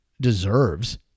deserves